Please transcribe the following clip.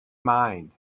mind